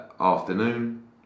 afternoon